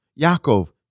Yaakov